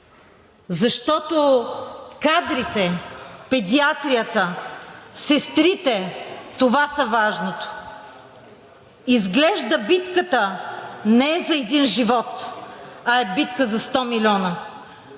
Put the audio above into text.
защото кадрите, педиатрията, сестрите – това са важните. Изглежда битката не е за един живот, а е битка за 100 милиона.